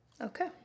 Okay